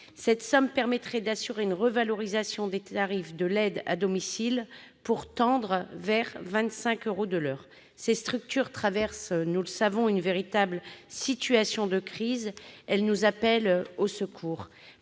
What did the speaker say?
Cette somme permettrait d'assurer une revalorisation des tarifs de l'aide à domicile jusqu'à approcher 25 euros de l'heure. Ces structures traversent une véritable situation de crise ; elles nous appellent au secours